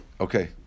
Okay